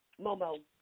Momo